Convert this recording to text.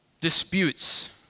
disputes